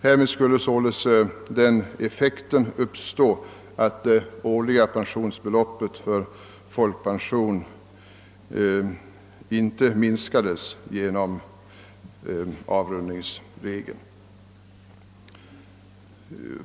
Härav skulle den effekten uppstå att det årliga pensionsbeloppet för folkpension inte minskades genom avrundningsregeln.